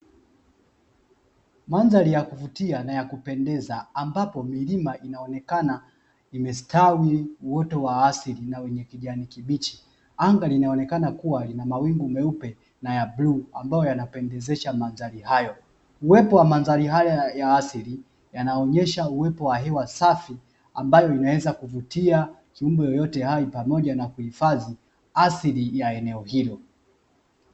Madhari ya kuvutia na kupendeza ambapo milima inaonekana imestawi wote wa asili na wenye kijani kibichi. Anga linaonekana kuwa lina mawingu meupe na ya blue ambayo yanapendezesha manzari hayo, uwepo wa manzari haya ya asili yanaonyesha uwepo wa hewa safi ambayo inaweza kuvutia kiumbe yeyote hai pamoja na kuhifadhi asili ya eneo hilo.